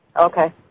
Okay